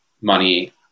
money